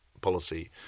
policy